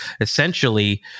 essentially